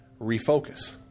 Refocus